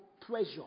pressure